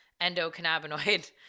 endocannabinoid